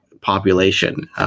population